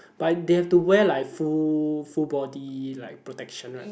but they have to wear like full full body like protection right